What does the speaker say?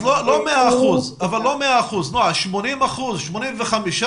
בסדר, לא ב-100 אחוזים אבל לא ב-85-80 אחוזים?